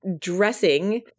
dressing